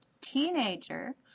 teenager